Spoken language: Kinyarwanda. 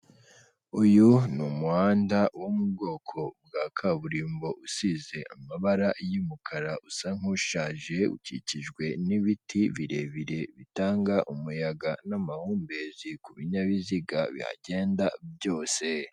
Uyu ni umuhanda wo mu bwoko bwa kaburimbo usize amabara y'umukara, usa nk'ushaje, ukikijwe n'ibiti birebire bitanga umuyaga n'amahumbezi ku binyabiziga bihagenda byose.